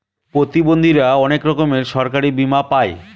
প্রতিবন্ধীরা অনেক রকমের সরকারি বীমা পাই